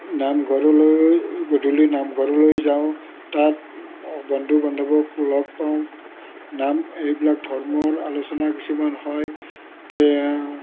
নামঘৰলৈ গধূলি নামঘৰলৈ যাওঁ তাত বন্ধু বান্ধৱক লগ পাওঁ নাম এইবিলাক ধৰ্মৰ আলোচনা কিছুমান হয় এই